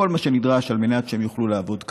כל מה שנדרש על מנת שהם יוכלו לעבוד כחוק.